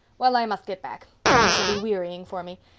well, i must get back. thomas'll be wearying for me.